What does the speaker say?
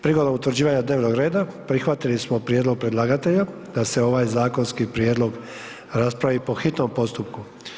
Prigodom utvrđivanja dnevnog reda prihvatili smo prijedlog predlagatelja da se ovaj zakonski prijedlog raspravi po hitnom postupku.